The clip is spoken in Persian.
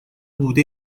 بوده